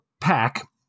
pack